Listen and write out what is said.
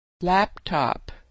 Laptop